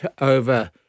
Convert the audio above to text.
over